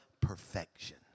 perfection